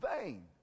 vain